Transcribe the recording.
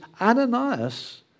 Ananias